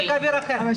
מזג אוויר אחר.